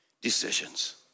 decisions